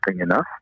enough